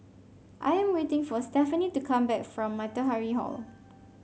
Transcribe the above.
I am waiting for Stephany to come back from Matahari Hall